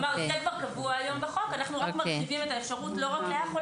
כלומר זה קבוע היום בחוק ואנו מרחיבים את האפשרות לא רק לאח או